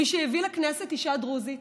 מי שהביא לכנסת אישה דרוזית